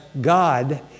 God